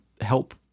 help